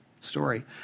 story